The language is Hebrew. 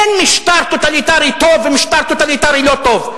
אין משטר טוטליטרי טוב ומשטר טוטליטרי לא טוב.